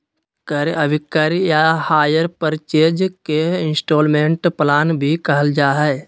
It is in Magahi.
क्रय अभिक्रय या हायर परचेज के इन्स्टालमेन्ट प्लान भी कहल जा हय